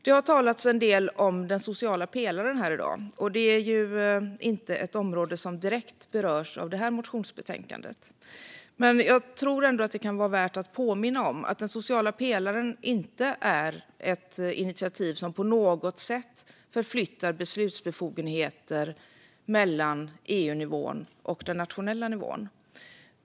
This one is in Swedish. Det har talats en del om den sociala pelaren här i dag. Det är inte ett område som direkt berörs av det här motionsbetänkandet, men jag tror ändå att det kan vara värt att påminna om att den sociala pelaren inte är ett initiativ som på något sätt förflyttar beslutsbefogenheter mellan EU-nivån och den nationella nivån.